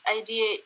idea